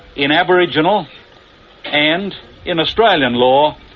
in aboriginal and in australian law,